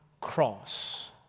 cross